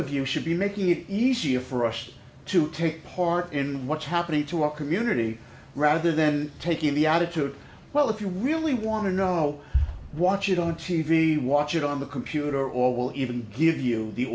of you should be making it easier for us to take part in what's happening to our community rather than taking the attitude well if you really want to know watch it on t v watch it on the computer or will even give you the